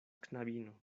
knabino